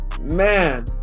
man